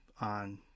on